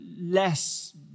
less